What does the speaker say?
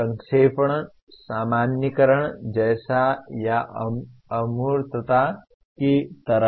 संक्षेपण सामान्यीकरण जैसा या अमूर्तता की तरह है